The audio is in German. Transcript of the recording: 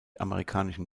amerikanischen